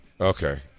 Okay